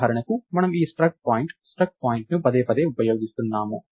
ఉదాహరణకు మనము ఈ స్ట్రక్ట్ పాయింట్ స్ట్రక్ట్ పాయింట్ని పదేపదే ఉపయోగిస్తున్నాము